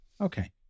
okay